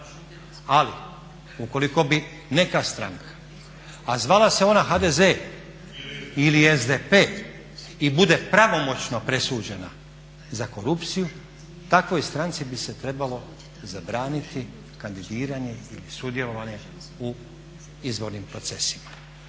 Ali ukoliko bi neka stranka a zvala se ona HDZ ili SDP i bude pravomoćno presuđena za korupciju takvoj stranci bi se trebalo zabraniti kandidiranje ili sudjelovanje u izbornim procesima.